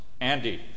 Andy